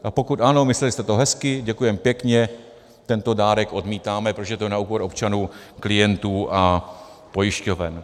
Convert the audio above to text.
A pokud ano, mysleli jste to hezky, děkujeme pěkně, tento dárek odmítáme, protože je to na úkor občanů, klientů a pojišťoven.